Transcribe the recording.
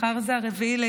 מחר זה 4 ביולי,